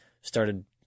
started